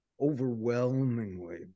overwhelmingly